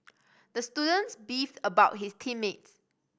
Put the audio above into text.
the students beefed about his team mates